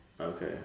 Okay